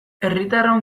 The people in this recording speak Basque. herritarron